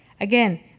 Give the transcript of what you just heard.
Again